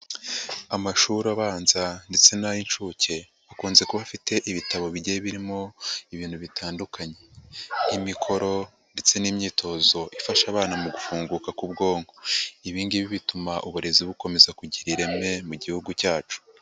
Amashuri abanza ndetse n'ay'incuke akunze kuba afite ibitabo bigiye birimo ibintu bitandukanye, nk'imikoro ndetse n'imyitozo ifasha abana mu gufunguka k'ubwonko, ibingibi bituma uburezi bukomeza kugira ireme mu gihugu cyacu.